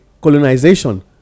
colonization